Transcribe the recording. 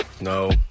no